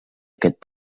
aquest